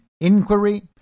inquiry